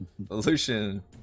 Evolution